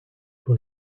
who